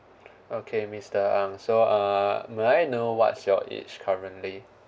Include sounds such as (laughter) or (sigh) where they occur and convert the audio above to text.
(breath) okay mister ng so uh may I know what's your age currently